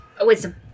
Wisdom